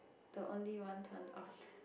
the only one turned on